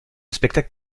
spectacle